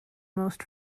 most